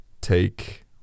take